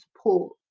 support